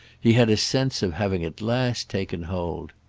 he had a sense of having at last taken hold.